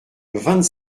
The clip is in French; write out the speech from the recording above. vingt